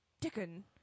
Dickon